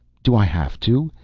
do i have to?